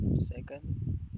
Second